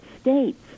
States